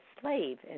slave